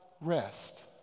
rest